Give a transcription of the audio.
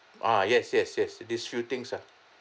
ah yes yes yes these few things lah